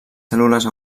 cèl·lules